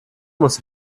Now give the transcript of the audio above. muss